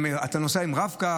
אתה נוסע עם רב-קו?